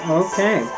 okay